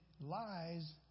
lies